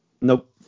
Nope